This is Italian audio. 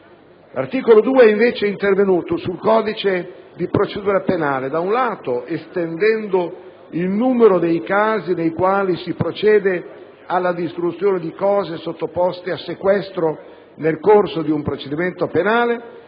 L'articolo 2 è invece intervenuto sul codice di procedura penale, da un lato estendendo il numero dei casi nei quali si procede alla distruzione di cose sottoposte a sequestro nel corso di un procedimento penale